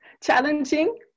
challenging